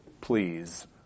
please